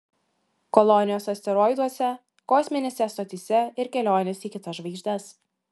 kolonijos asteroiduose kosminėse stotyse ir kelionės į kitas žvaigždes